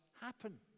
happen